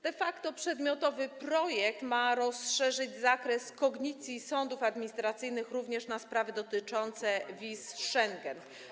De facto przedmiotowy projekt ma rozszerzyć zakres kognicji sądów administracyjnych również na sprawy dotyczące wiz Schengen.